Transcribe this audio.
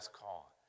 call